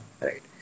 right